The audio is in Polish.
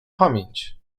pamięć